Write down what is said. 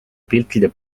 piltide